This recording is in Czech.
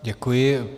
Děkuji.